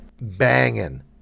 Banging